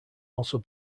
also